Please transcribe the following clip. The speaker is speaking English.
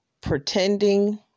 pretending